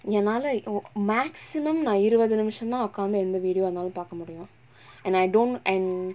என்னால:ennaala oh maximum னா இருவது நிமிஷோதா உக்காந்து எந்த:naa iruvathu nimishothaa ukkaanthu entha video ah இருந்தாலும் பாக்க முடியும்:irunthaalum paaka mudiyum and I don't and